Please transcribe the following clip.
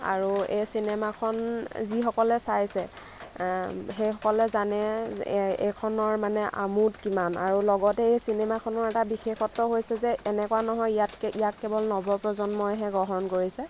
আৰু এই চিনেমাখন যিসকলে চাইছে সেইসকলে জানে এ এইখনৰ মানে আমোদ কিমান আৰু লগতে এই চিনেমাখনৰ এটা বিশেষত্ব হৈছে যে এনেকুৱা নহয় ইয়াত ইয়াক কেৱল নৱপ্ৰজন্মইহে গ্ৰহণ কৰিছে